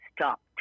stopped